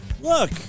Look